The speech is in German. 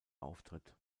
auftritt